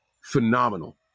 phenomenal